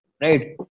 right